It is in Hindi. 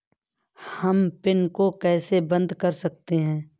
हम पिन को कैसे बंद कर सकते हैं?